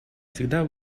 всегда